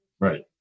Right